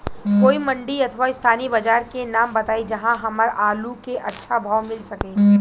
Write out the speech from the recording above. कोई मंडी अथवा स्थानीय बाजार के नाम बताई जहां हमर आलू के अच्छा भाव मिल सके?